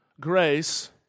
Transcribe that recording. grace